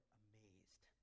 amazed